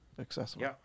accessible